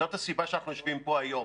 זאת הסיבה שאנחנו יושבים פה היום,